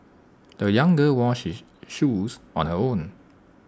the young girl washed shoes on her own